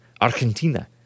Argentina